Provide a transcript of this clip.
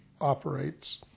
operates